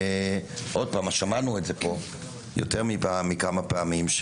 שמענו את זה פה יותר מכמה פעמים,